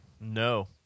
No